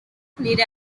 plate